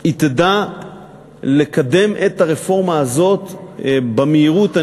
שהיא תדע לקדם את הרפורמה הזאת במהירות,